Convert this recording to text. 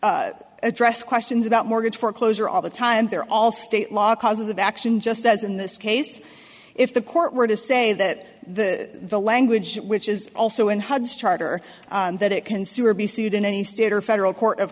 courts address questions about mortgage foreclosure all the time they're all state law causes of action just as in this case if the court were to say that the the language which is also in hud's charter that it can sue or be sued in any state or federal court of